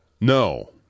No